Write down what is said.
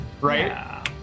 right